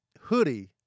Hoodie